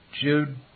Jude